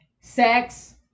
Sex